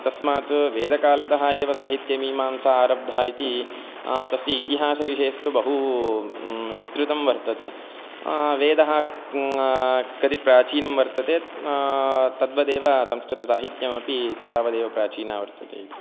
तस्मात् वेदकालतः एव साहित्यमीमांसा आरब्धा इति तस्य इतिहासविषयस्तु बहु विस्तृतः वर्तते वेदः कति प्राचीनः वर्तते तद्वदेव संस्कृतसाहित्यमपि तावदेव प्राचीनं वर्तते इति